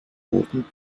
roten